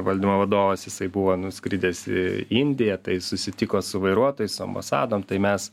valdymo vadovas jisai buvo nuskridęs į indiją tai susitiko su vairuotojais su ambasadom tai mes